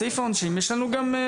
בסעיף העונשין יש לנו השלכות.